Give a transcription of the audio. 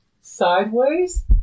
sideways